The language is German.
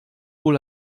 wohl